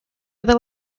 other